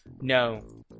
No